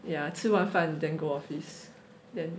ya 吃完饭 then go office then